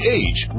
age